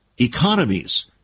economies